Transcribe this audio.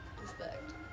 Respect